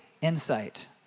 insight